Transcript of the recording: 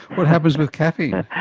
what happens with caffeine?